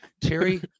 Terry